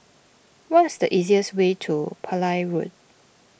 what is the easiest way to Pillai Road